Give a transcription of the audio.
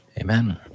Amen